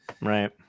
Right